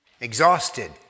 Exhausted